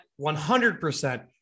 100%